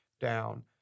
down